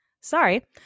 sorry